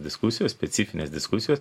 diskusijos specifinės diskusijos